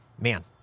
Man